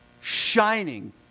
shining